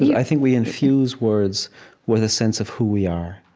yeah i think we infuse words with a sense of who we are.